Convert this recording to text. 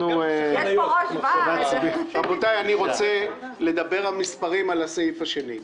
אני רוצה לדבר במספרים על הסעיף השני.